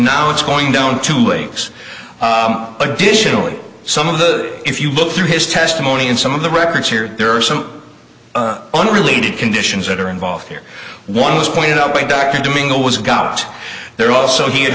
now it's going down to wakes up additionally some of the if you look through his testimony and some of the records here there are some unrelated conditions that are involved here one was pointed out by dr domingo was got there also he ha